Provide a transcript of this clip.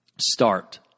start